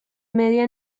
media